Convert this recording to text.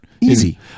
Easy